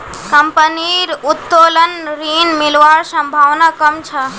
कंपनीर उत्तोलन ऋण मिलवार संभावना कम छ